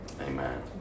amen